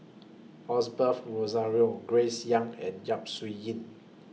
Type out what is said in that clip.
Osbert Rozario Grace Young and Yap Su Yin